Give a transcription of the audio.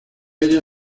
ella